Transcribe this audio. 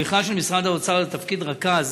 במכרז של משרד האוצר לתפקיד רכז